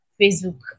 Facebook